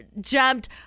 jumped